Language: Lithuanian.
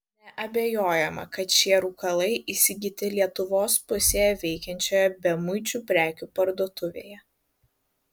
neabejojama kad šie rūkalai įsigyti lietuvos pusėje veikiančioje bemuičių prekių parduotuvėje